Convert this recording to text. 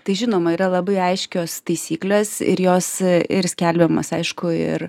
tai žinoma yra labai aiškios taisyklės ir jos ir skelbiamos aišku ir